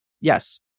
Yes